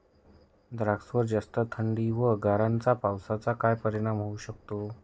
द्राक्षावर जास्त थंडी व गारांच्या पावसाचा काय परिणाम होऊ शकतो?